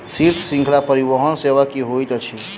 शीत श्रृंखला परिवहन सेवा की होइत अछि?